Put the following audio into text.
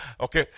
okay